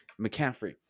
McCaffrey